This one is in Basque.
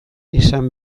esan